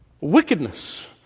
Wickedness